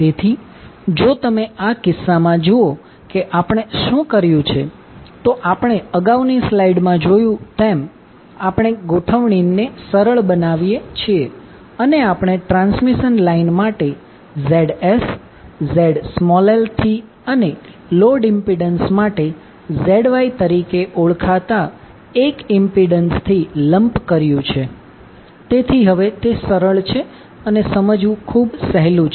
તેથી જો તમે આ કિસ્સામાં જુઓ કે આપણે શું કર્યું છે તો આપણે અગાઉની સ્લાઈડમાં જોયું તેમ આપણે ગોઠવણીને સરળ બનાવી છે અને આપણે ટ્રાન્સમિશન લાઇન માટે Zs Zl થી અને લોડ ઇમ્પિડન્સ માટે ZY તરીકે ઓળખાતા એક ઇમ્પિડન્સથી લમ્પ કર્યું છે તેથી હવે તે સરળ છે અને સમજવું ખૂબ સહેલુ છે